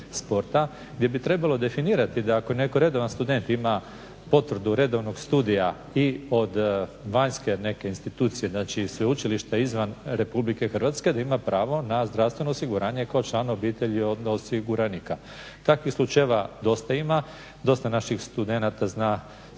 gdje bi trebalo definirati da ako je netko redovan student ima potvrdu redovnog studija i od vanjske neke institucije znači sveučilišta izvan RH da ima pravo na zdravstveno osiguranje kao član obitelji od osiguranika. Takvih slučajeva dosta ima, dosta naših studenata zna studirat